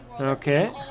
Okay